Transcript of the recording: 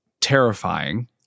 terrifying